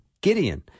Gideon